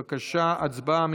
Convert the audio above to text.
בבקשה, הצבעה.